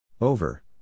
over